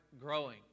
growing